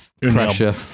pressure